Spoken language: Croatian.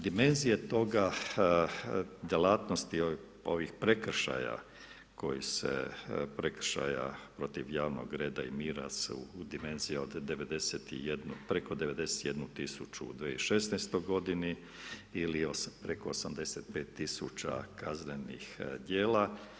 Dimenzije toga djelatnosti ovih prekršaja koji se prekršaja protiv javnog reda i mira su dimenzija preko 91 tisuću u 2016. godini ili preko 85 tisuća kaznenih djela.